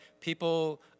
people